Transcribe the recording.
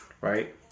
right